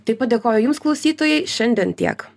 taip pat dėkoju jums klausytojai šiandien tiek